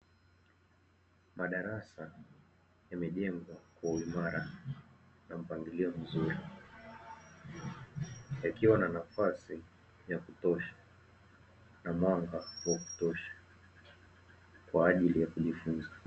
Madarasa yamejengwa kwa uimara na mpangilio mzuri, yakiwa na nafasi ya kutosha na mwanga wa kutosha kwa ajili ya kujifunza.